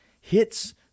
hits